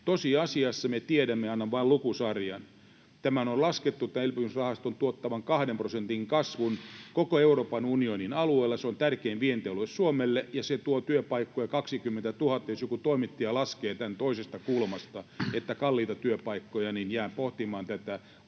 Tosiasiassa me tiedämme — annan vain lukusarjan: Tämän elpymisrahaston on laskettu tuottavan 2 prosentin kasvun koko Euroopan unionin alueella. Se on tärkein vientialue Suomelle, ja se tuo työpaikkoja 20 000. Jos joku toimittaja laskee tämän toisesta kulmasta, että kalliita työpaikkoja, niin jään pohtimaan tätä.